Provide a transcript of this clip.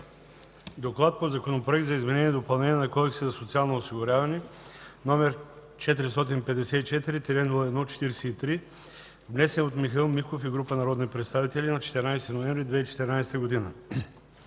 „ДОКЛАД по Законопроект за изменение и допълнение на Кодекса за социално осигуряване, № 454-01-43, внесен от Михаил Миков и група народни представители на 14 ноември 2014 г.